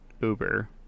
Uber